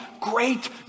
great